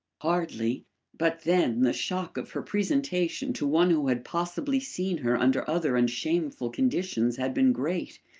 hardly but then the shock of her presentation to one who had possibly seen her under other and shameful conditions had been great,